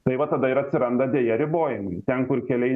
tai va tada ir atsiranda deja ribojimai ten kur keliai